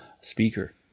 speaker